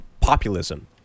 populism